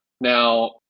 Now